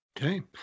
Okay